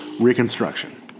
Reconstruction